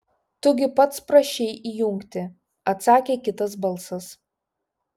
tu gi pats prašei įjungti atsakė kitas balsas